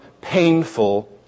painful